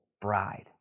bride